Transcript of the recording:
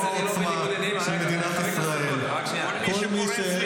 העוצמה של מדינת ישראל -- כל מי שפורץ לבסיס